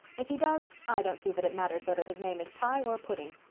if he does i don't see that it matters whether his name is pye or pudding.